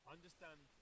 understand